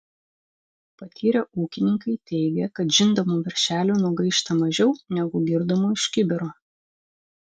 patyrę ūkininkai teigia kad žindomų veršelių nugaišta mažiau negu girdomų iš kibiro